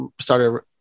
started